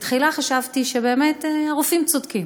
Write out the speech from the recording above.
בתחילה חשבתי שבאמת הרופאים צודקים.